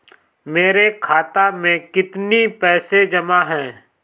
मेरे खाता में कितनी पैसे जमा हैं?